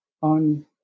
on